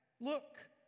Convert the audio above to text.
Look